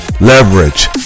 leverage